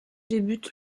débute